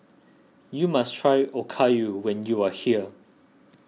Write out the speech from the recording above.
you must try Okayu when you are here